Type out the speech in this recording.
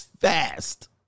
fast